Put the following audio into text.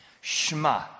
Shema